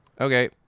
Okay